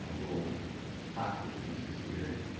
little plastic pieces here